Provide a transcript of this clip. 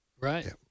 right